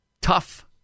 tough